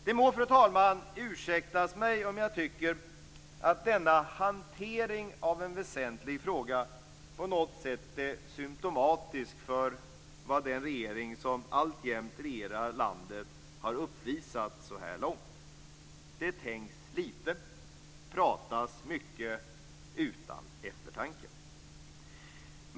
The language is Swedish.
Det må, fru talman, ursäktas mig om jag tycker att den hanteringen av en väsentlig fråga är symtomatisk för vad regeringen har uppvisat så långt. Det tänks lite och pratas mycket utan eftertanke.